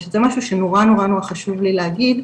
זה משהו שנורא נורא נורא חשוב לי להגיד,